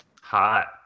Hot